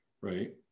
right